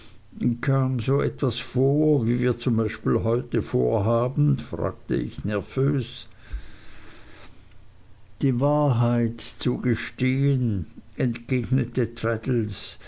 kam so etwas vor wie wir zum beispiel heute vorhaben fragte ich nervös die wahrheit zu gestehen entgegnete